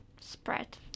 spread